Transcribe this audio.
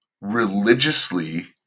religiously